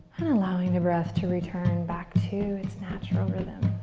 and allowing the breath to return back to its natural rhythm.